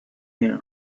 her